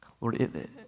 Lord